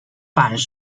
反射